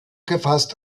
gefasst